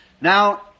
Now